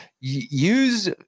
use